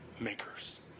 makers